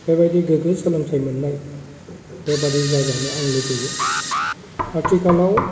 बेबायदि गोग्गो सोलोंथाइ मोननाय बेबायदि जाजानो आं लुबैयो आथिखालाव